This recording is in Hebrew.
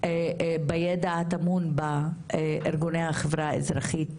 בידע הטמון בארגוני החברה האזרחית